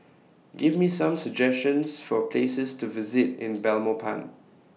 Give Me Some suggestions For Places to visit in Belmopan